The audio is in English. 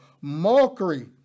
mockery